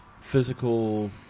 physical